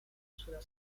sulla